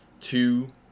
Two